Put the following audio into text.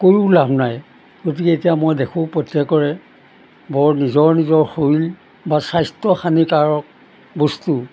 কৈও লাভ নাই গতিকে এতিয়া মই দেখোঁ প্ৰত্যেকৰে বৰ নিজৰ নিজৰ শৰীৰ বা স্বাস্থ্য হানিকাৰক বস্তু